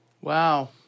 Wow